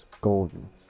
golden